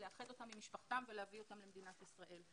לאחד אותם עם משפחתם ולהביא אותם למדינת ישראל.